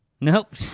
Nope